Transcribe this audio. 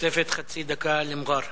תוספת חצי דקה למע'אר.